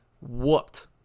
whooped